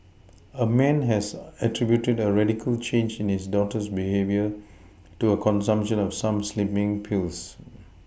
a man has attributed a radical change in his daughter's behaviour to her consumption of some slimming pills